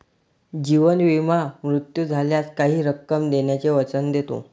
जीवन विमा मृत्यू झाल्यास काही रक्कम देण्याचे वचन देतो